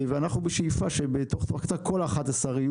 אנחנו בשאיפה שבתוך זמן קצר כל ה-11 יהיו